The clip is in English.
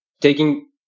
taking